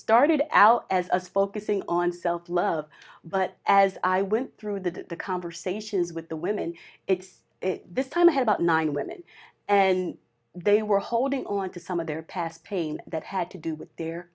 started out as a spoken sing on self love but as i went through the conversations with the women it's this time i had about nine women and they were holding on to some of their past pain that had to do with their